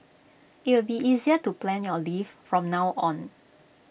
IT will be easier to plan your leave from now on